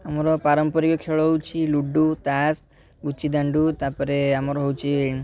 ଆମର ପାରମ୍ପରିକ ଖେଳ ହେଉଛି ଲୁଡ଼ୁ ତାସ୍ ଗୁଚୀ ଦାଣ୍ଡୁ ତା'ପରେ ଆମର ହେଉଛି